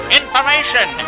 information